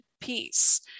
piece